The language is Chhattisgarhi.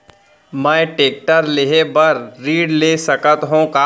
मैं टेकटर लेहे बर ऋण ले सकत हो का?